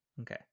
Okay